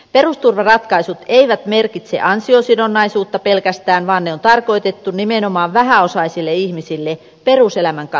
perusturvaratkaisut eivät merkitse pelkästään ansiosidonnaisuutta vaan ne on tarkoitettu nimenomaan vähäosaisille ihmisille peruselämän katteeksi